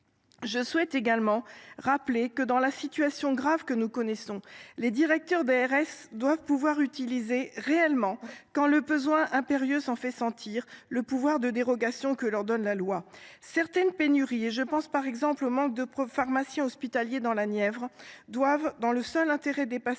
Je souhaite également rappeler que, dans la situation grave que nous connaissons, les directeurs généraux des ARS doivent pouvoir utiliser réellement, quand le besoin impérieux s’en fait sentir, le pouvoir de dérogation que leur accorde la loi. Certaines pénuries – je pense au manque de pharmaciens hospitaliers dans la Nièvre – exigent, dans le seul intérêt des patients,